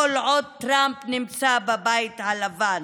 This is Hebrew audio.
כל עוד טראמפ נמצא בבית הלבן,